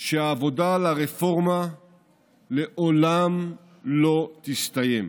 שהעבודה על הרפורמה לעולם לא תסתיים.